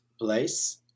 place